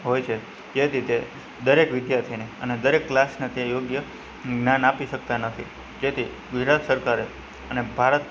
હોય છે તે રીતે દરેક વિદ્યાર્થીને અને દરેક ક્લાસને તે યોગ્ય જ્ઞાન આપી શકતા નથી તેથી ગુજરાત સરકારે અને ભારત